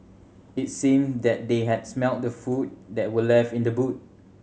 it seemed that they had smelt the food that were left in the boot